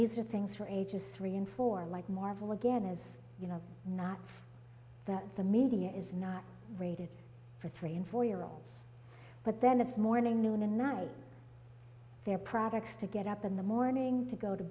these are things for ages three and four like marvel again is you know not that the media is not rated for three and four year olds but then it's morning noon and night they're products to get up in the morning to go to